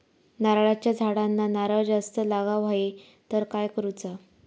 नारळाच्या झाडांना नारळ जास्त लागा व्हाये तर काय करूचा?